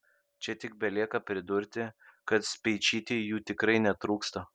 čia tik belieka pridurti kad speičytei jų tikrai netrūksta